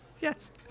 Yes